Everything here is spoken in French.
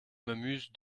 m’amuse